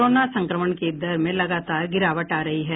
corona संक्रमण की दर में लगातार गिरावट आ रही है